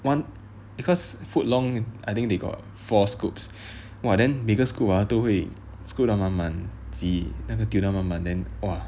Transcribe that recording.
one because foot long I think they got four scoops !wah! then 每个 scoop ah 会 scoop 到满满挤